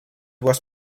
was